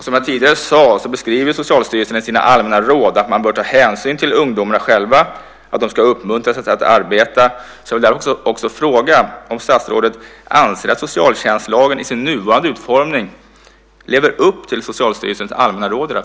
Som jag tidigare sade beskriver Socialstyrelsen i sina allmänna råd att man bör ta hänsyn till ungdomarna själva och att de ska uppmuntras att arbeta. Jag vill därför också fråga om statsrådet anser att socialtjänstlagen i sin nuvarande utformning lever upp till Socialstyrelsens allmänna råd.